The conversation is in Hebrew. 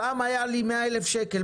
פעם היה לי 100,000 שקל,